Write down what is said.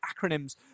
acronyms